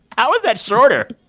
how is that shorter?